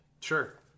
Sure